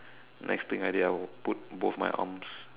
next thing I did I put both my arms